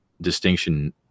distinction